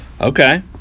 Okay